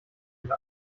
ihre